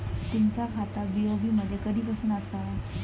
तुमचा खाता बी.ओ.बी मध्ये कधीपासून आसा?